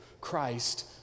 Christ